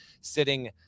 sitting